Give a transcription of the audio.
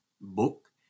book